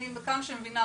עד כמה שאני מבינה,